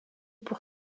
pour